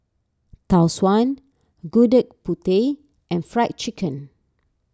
Tau Suan Gudeg Putih and Fried Chicken